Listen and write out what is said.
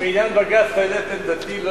בעניין בג"ץ אתה יודע את עמדתי.